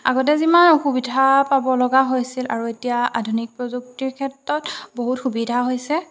আগতে যিমান অসুবিধা পাবলগা হৈছিল আৰু এতিয়া আধুনিক প্ৰযুক্তিৰ ক্ষেত্ৰত বহুত সুবিধা হৈছে